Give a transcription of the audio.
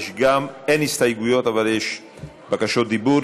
אין הסתייגויות, אבל יש בקשות דיבור.